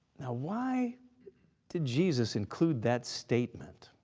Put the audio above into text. now why did jesus include that statement?